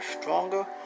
stronger